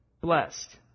blessed